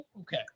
okay